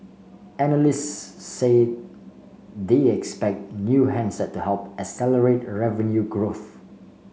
analysts say they expect new handset to help accelerate revenue growth